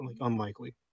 unlikely